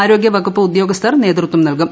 ആരോഗ്യ വകുപ്പ് ഉദ്യോഗസ്ഥർ നേതൃതിരൂ നൽകും